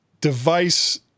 device